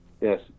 Yes